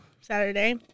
Saturday